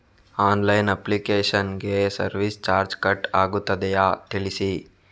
Online application ಗೆ service charge cut ಆಗುತ್ತದೆಯಾ ತಿಳಿಸಿ?